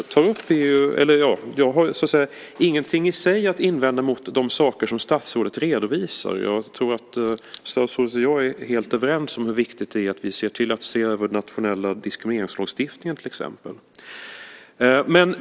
Jag har ingenting i sig att invända mot de saker som statsrådet redovisar. Jag tror att statsrådet och jag är helt överens om hur viktigt det är att vi ser till att se över till exempel den nationella diskrimineringslagstiftningen.